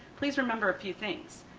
please remember a few things.